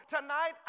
tonight